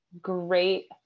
Great